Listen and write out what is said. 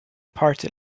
party